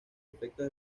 efectos